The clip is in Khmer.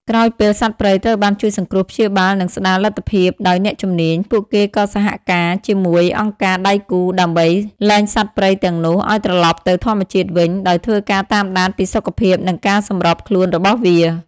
ក្រោយពេលសត្វព្រៃត្រូវបានជួយសង្គ្រោះ ព្យាបាល និងស្តារលទ្ធភាពដោយអ្នកជំនាញ ពួកគេក៏សហការជាមួយអង្គការដៃគូដើម្បី លែងសត្វព្រៃទាំងនោះឲ្យត្រឡប់ទៅធម្មជាតិវិញ ដោយធ្វើការតាមដានពីសុខភាព និងការសម្របខ្លួនរបស់វា។